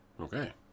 Okay